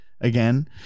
Again